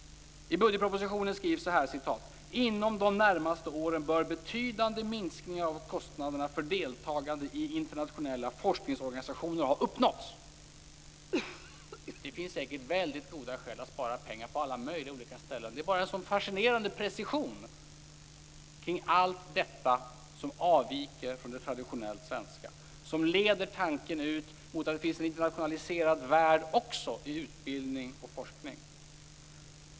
I budgetpropositionen skrivs det: Inom de närmaste åren bör betydande minskningar av kostnaderna för deltagande i internationella forskningsorganisationer ha uppnåtts. Det finns säkert mycket goda skäl att spara pengar på alla möjliga olika ställen. Det är bara en så fascinerande precision kring allt detta som avviker från det traditionellt svenska som leder tanken ut till att det även finns en internationaliserad värld när det gäller utbildning och forskning.